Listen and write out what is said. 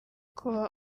kuba